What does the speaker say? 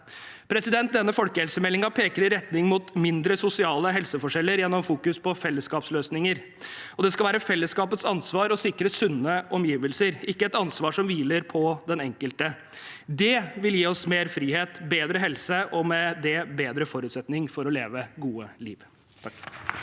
frihetsforståelse. Denne folkehelsemeldingen peker i retning av mindre sosiale helseforskjeller gjennom å fokusere på fellesskapsløsninger. Det skal være fellesskapets ansvar å sikre sunne omgivelser; det er ikke et ansvar som hviler på den enkelte. Det vil gi oss mer frihet, bedre helse og med det bedre forutsetninger for å leve et godt liv.